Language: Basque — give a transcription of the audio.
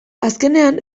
azkenean